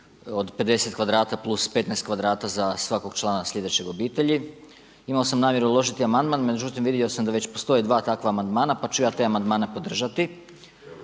od 50 kvadrata plus 15 kvadrata za svakog sljedećeg obitelji. Imao sam namjeru uložiti amandman. Međutim, vidio sam da već postoje 2 takva amandmana, pa ću ja te amandmane podržati.